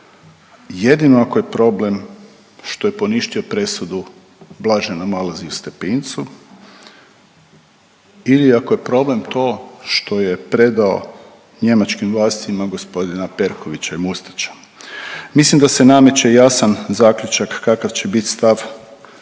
jedino ako je problem što je poništio presudu blaženom Alojziju Stepincu ili je problem to što je predao njemačkim vlastima gospodina Perkovića i Mustača. Mislim da se nameće jasan zaključak kakav će biti stav